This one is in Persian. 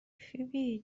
فیبی